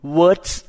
words